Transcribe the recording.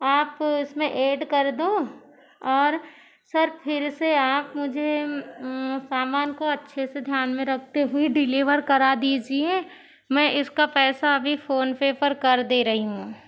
आप इसमें एड कर दो और सर फिर से आप मुझे समान को अच्छे से ध्यान में रखते हुऐ डिलिवर करा दीजिए मैं इसका पैसा अभी फ़ोन पे पर कर दे रही हूँ